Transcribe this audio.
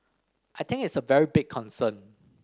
I think it's a very big concern